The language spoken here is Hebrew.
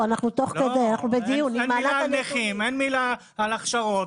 אין מילה על נכים, אין מילה על הכשרות.